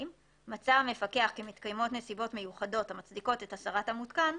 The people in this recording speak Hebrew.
(2) מצא המפקח כי מתקיימות נסיבות מיוחדות המצדיקות את הסרת המותקן,